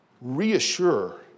reassure